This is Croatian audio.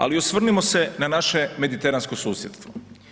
Ali, osvrnimo se na naše mediteransko susjedstvo.